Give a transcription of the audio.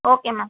okay ma'am